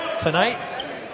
tonight